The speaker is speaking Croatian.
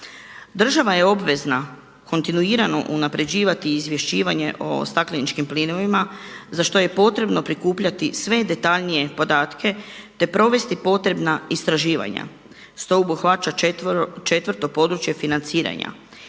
Država je obvezna kontinuirano unapređivati izvješćivanje o stakleničkim plinovima za što je potrebno prikupljati sve detaljnije podatke te provesti potrebna istraživanja što obuhvaća 4. područje financiranja.